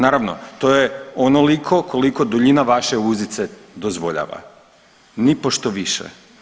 Naravno to je onoliko koliko duljina vaše uzice dozvoljava, nipošto više.